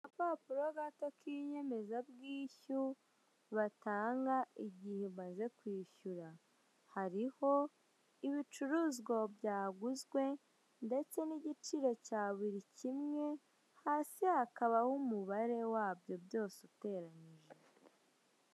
Agapapuro gato kinyemeza bwishyu batanga igihe umaze kwishyura, hariho ibicuruzwa byaguzwe ndetse nigiciro cya burikimwe hasi hakabaho umubare wabyo byose uteranyije.